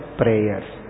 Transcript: prayers